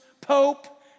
pope